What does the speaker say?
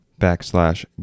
backslash